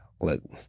look